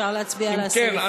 אפשר להצביע על הסעיפים בדרך.